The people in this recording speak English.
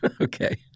Okay